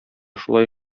шулай